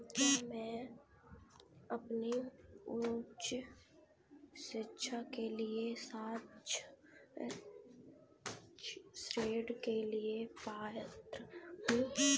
क्या मैं अपनी उच्च शिक्षा के लिए छात्र ऋण के लिए पात्र हूँ?